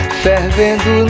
fervendo